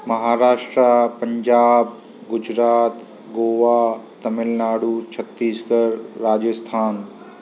Maharashtra Punjab Gujarat Goa Tamil Nadu Chhattisgarh Rajasthan